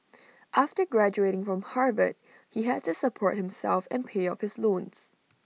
after graduating from Harvard he had to support himself and pay off his loans